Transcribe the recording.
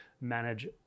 manage